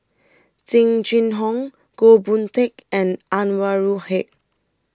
Jing Jun Hong Goh Boon Teck and Anwarul Haque